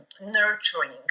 nurturing